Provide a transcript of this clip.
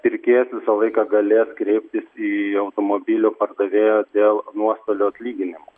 pirkėjas visą laiką galės kreiptis į automobilio pardavėją dėl nuostolių atlyginimo